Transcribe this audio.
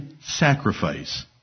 sacrifice